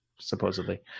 supposedly